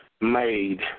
made